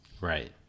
Right